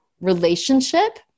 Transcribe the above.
relationship